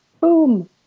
boom